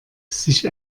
sich